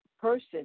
person